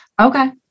Okay